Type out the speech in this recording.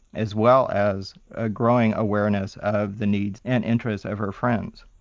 as well as a growing awareness of the needs and interests of her friends.